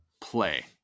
play